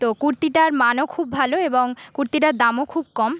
তো কুর্তিটার মানও খুব ভালো এবং কুর্তিটার দামও খুব কম